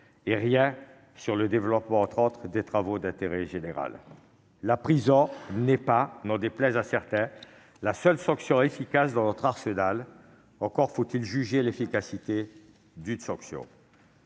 rien sur le développement des travaux d'intérêt général. La prison n'est pas, n'en déplaise à certains, la seule sanction efficace dans notre arsenal : encore faut-il juger l'efficacité d'une sanction